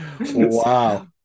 wow